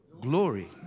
Glory